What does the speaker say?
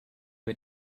way